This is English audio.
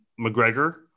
McGregor